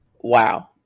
Wow